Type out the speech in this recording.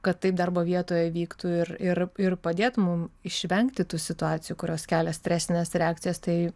kad taip darbo vietoje vyktų ir ir ir padėtų mum išvengti tų situacijų kurios kelia stresines reakcijas tai